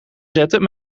zetten